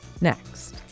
Next